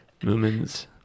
Moomins